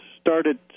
started